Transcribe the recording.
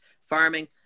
farming